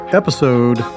episode